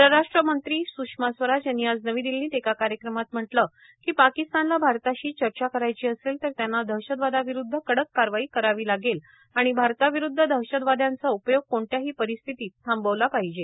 परराष्ट्रमंत्री सुषमा स्वराज यांनी आज नवी दिल्लीत एका कार्यक्रमात म्हटलं की पाकिस्तानला भारताशी चर्चा करायची असेल तर त्यांना दहशतवादाविरुद्ध कडक कारवाई करावी लागेल आणि भारताविरुद्ध दहशतवाद्यांचा उपयोग कोणत्याही परिस्थितीत थांबवला पाहिजे